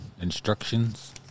instructions